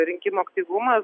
rinkimų aktyvumas